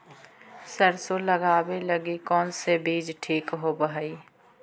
सरसों लगावे लगी कौन से बीज ठीक होव हई?